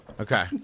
Okay